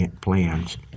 plans